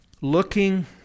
looking